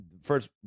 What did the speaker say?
first